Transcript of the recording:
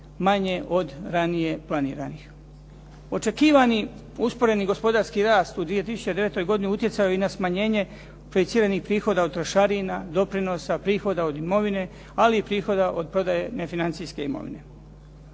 manje od ranije planiranih. Očekivani usporeni gospodarski rast u 2009. godini utjecao je i na smanjenje projiciranih prihoda od trošarina, doprinosa, prihoda od imovine, ali i prihoda od prodaje nefinancijske imovine.